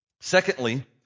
Secondly